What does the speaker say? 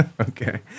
okay